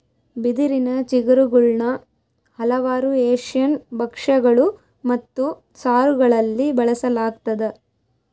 ಬಿದಿರಿನ ಚಿಗುರುಗುಳ್ನ ಹಲವಾರು ಏಷ್ಯನ್ ಭಕ್ಷ್ಯಗಳು ಮತ್ತು ಸಾರುಗಳಲ್ಲಿ ಬಳಸಲಾಗ್ತದ